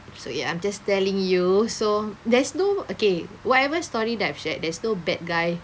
so ya I'm just telling you so there's no okay whatever story that I've shared there's no bad guy